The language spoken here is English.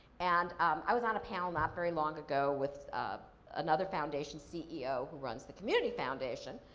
and i was on a panel not very long ago with another foundation ceo who runs the community foundation,